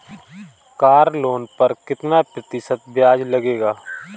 Car loan पर कितना प्रतिशत ब्याज लगेगा?